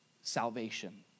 salvation